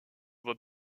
voie